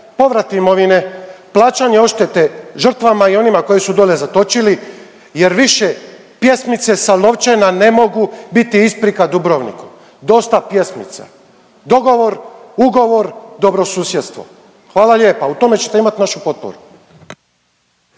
povrat imovine, plaćanje oštete žrtvama i onima koje su dole zatočili jer više pjesmice sa Lovćena ne mogu biti isprika Dubrovniku. Dosta pjesmica. Dogovor, ugovor, dobro susjedstvo. Hvala lijepa. U tome ćete imat našu potporu.